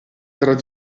tra